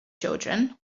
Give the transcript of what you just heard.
children